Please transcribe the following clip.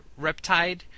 Reptide